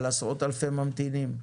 על עשרות אלפי ממתינים,